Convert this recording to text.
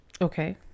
Okay